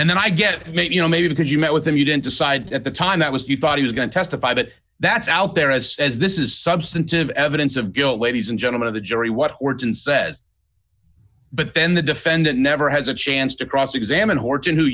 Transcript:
maybe you know maybe because you met with him you didn't decide at the time that was you thought he was going to testify but that's out there as as this is substantive evidence of guilt ladies and gentlemen of the jury what words and says but then the defendant never has a chance to cross examine hor